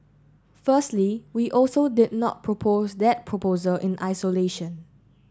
firstly we also did not propose that proposal in isolation